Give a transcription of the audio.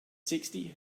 sixty